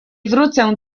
wrócę